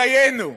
דיינו.